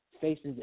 faces